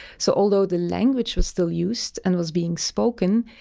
so, although the language was still used and was being spoken,